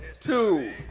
two